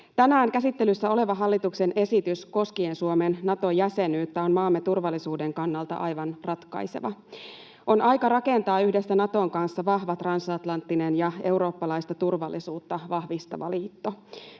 Tänään käsittelyssä oleva hallituksen esitys koskien Suomen Nato-jäsenyyttä on maamme turvallisuuden kannalta aivan ratkaiseva. On aika rakentaa yhdessä Naton kanssa vahva transatlanttinen ja eurooppalaista turvallisuutta vahvistava liitto.